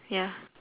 ya